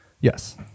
Yes